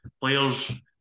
players